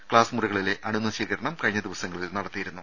class മുറികളിലെ അണുനശീകരണം കഴിഞ്ഞ ദിവസങ്ങളിൽ നടത്തിയിരുന്നു